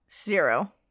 zero